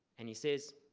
and he says,